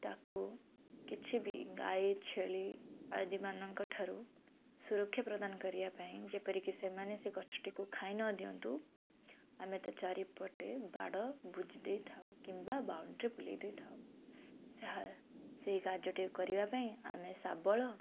ତାକୁ କିଛି ବି ଗାଈ ଛେଳି ଆଦିମାନଙ୍କଠାରୁ ସୁରକ୍ଷା ପ୍ରଦାନ କରିବା ପାଇଁ ଯେପରିକି ସେମାନେ ସେ ଗଛଟିକୁ ଖାଇ ନ ଦିଅନ୍ତୁ ଆମେ ତା' ଚାରିପଟେ ବାଡ଼ ବୁଜିଦେଇଥାଉ କିମ୍ବା ବାଉଣ୍ଡ୍ରି ବୁଲେଇ ଦେଇଥାଉ ସାହା ସେଇ କାର୍ଯ୍ୟଟିକୁ କରିବା ପାଇଁ ଆମେ ଶାବଳ